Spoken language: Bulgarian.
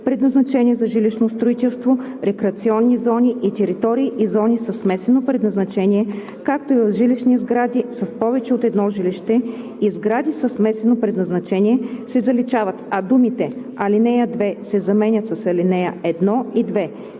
предназначени за жилищно строителство, рекреационни зони и територии и зони със смесено предназначение, както и в жилищни сгради с повече от едно жилище и сгради със смесено предназначение“ се заличават, а думите „ал. 2“ се заменят с „ал. 1 и 2“.